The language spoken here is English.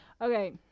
Okay